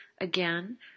again